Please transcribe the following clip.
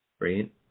right